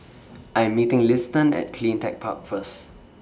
I'm meeting Liston At CleanTech Park First